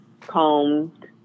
combed